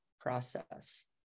process